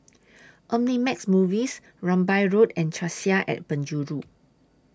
Omnimax Movies Rambai Road and Cassia and Penjuru